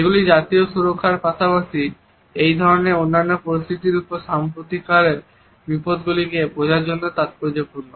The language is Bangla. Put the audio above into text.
এগুলি জাতীয় সুরক্ষার পাশাপাশি এই ধরনের অন্যান্য পরিস্থিতির ওপর সাম্প্রতিককালের বিপদগুলিকে বোঝার জন্যও তাৎপর্যপূর্ণ